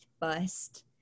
bust